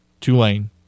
Tulane